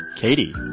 Katie